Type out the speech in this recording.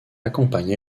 accompagne